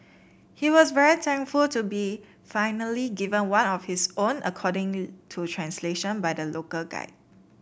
he was very thankful to be finally given one of his own according to translation by the local guide